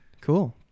Cool